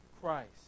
Christ